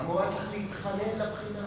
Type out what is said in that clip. למה הוא היה צריך להתחנן לפגישה?